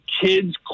Kids